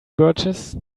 birches